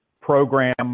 program